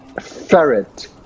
ferret